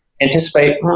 Anticipate